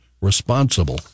responsible